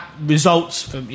results